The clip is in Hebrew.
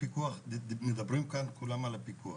מדברים כולם על הפיקוח